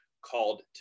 called